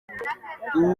uru